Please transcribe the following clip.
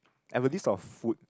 I've a list of food